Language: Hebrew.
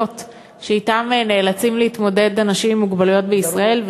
שאתה נאלצים להתמודד אנשים עם מוגבלויות בישראל,